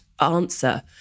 answer